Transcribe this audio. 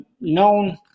known